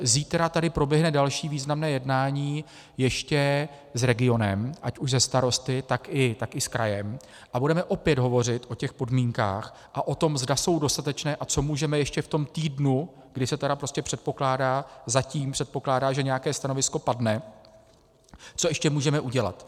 Zítra tady proběhne další významné jednání ještě s regionem, ať už se starosty, tak i s krajem, a budeme opět hovořit o těch podmínkách a o tom, zda jsou dostatečné a co můžeme ještě v tom týdnu, kdy se tedy předpokládá, zatím předpokládá, že nějaké stanovisko padne, co ještě můžeme udělat.